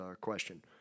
question